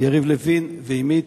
יריב לוין ועמי.